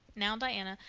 now, diana,